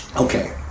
Okay